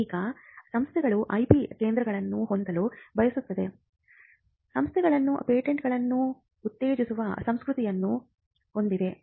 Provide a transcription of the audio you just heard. ಈಗ ಸಂಸ್ಥೆಗಳು ಐಪಿ ಕೇಂದ್ರಗಳನ್ನು ಹೊಂದಲು ಬಯಸುತ್ತವೆ ಸಂಸ್ಥೆಗಳು ಪೇಟೆಂಟ್ಗಳನ್ನು ಉತ್ತೇಜಿಸುವ ಸಂಸ್ಕೃತಿಯನ್ನು ಹೊಂದಿವೆ